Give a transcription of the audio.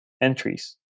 entries